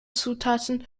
zutaten